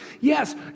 Yes